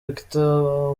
victor